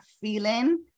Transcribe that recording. feeling